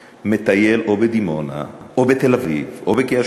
מטייל או בדימונה או בתל-אביב או בקריית-שמונה